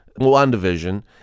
WandaVision